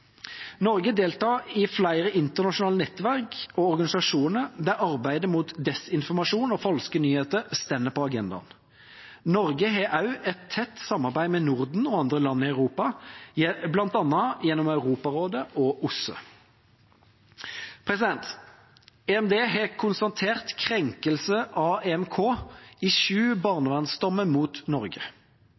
Norge deltar i flere internasjonale nettverk og organisasjoner der arbeidet mot desinformasjon og falske nyheter står på agendaen. Norge har også et tett samarbeid med Norden og andre land i Europa, bl.a. gjennom Europarådet og OSSE. EMD har konstatert krenkelse av Den europeiske menneskerettskonvensjon, EMK, i sju barnevernsdommer mot Norge.